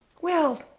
well,